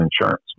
insurance